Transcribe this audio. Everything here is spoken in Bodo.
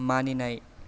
मानिनाय